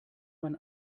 mein